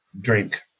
drink